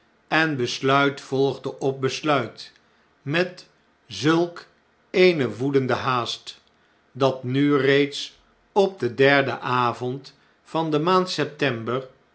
en besluit volgde op besluit met zulk eene woedende haast dat nu reeds op den derden avond van de maand september